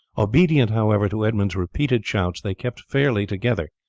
obedient, however, to edmund's repeated shouts they kept fairly together,